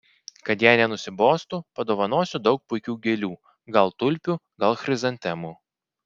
kad jai nenusibostų padovanosiu daug puikių gėlių gal tulpių gal chrizantemų